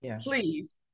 please